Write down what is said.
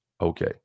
Okay